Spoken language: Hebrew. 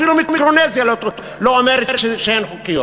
אפילו מיקרונזיה לא אומרת שהן חוקיות.